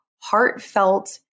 heartfelt